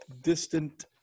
distant